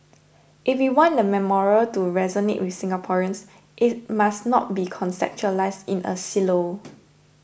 if we want the memorial to resonate with Singaporeans it must not be conceptualised in a silo